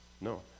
No